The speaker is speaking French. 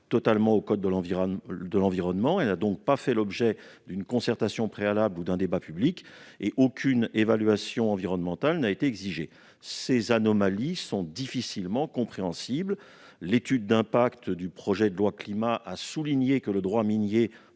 totalement au code de l'environnement. Elle n'a donc pas fait l'objet d'une concertation préalable ou d'un débat public, et aucune évaluation environnementale n'a été exigée. Ces anomalies sont difficilement compréhensibles. L'étude d'impact du projet de loi Climat et résilience a souligné que le droit minier